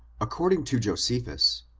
according to josephus,